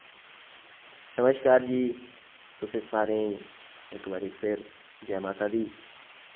नमस्कार जी तुसें सारें ई इक बारी फिर जै माता दी